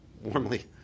warmly